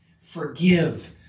Forgive